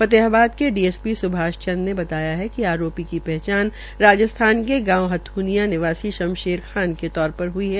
फतेहाबाद के D S P Subhash Chandra ने बताया कि आरोपी की पहचान राजस्थान के गांव हथ्र्नियां निवासी शमशेर खान क तौर पर हुई है